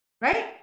right